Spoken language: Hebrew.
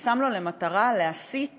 ושם לו למטרה להסיט